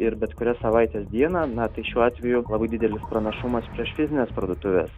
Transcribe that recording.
ir bet kurią savaitės dieną na tai šiuo atveju labai didelis pranašumas prieš fizines parduotuves